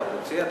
אתה רוצה?